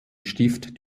stift